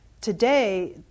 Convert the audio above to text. Today